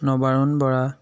Nabaran Bora